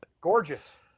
Gorgeous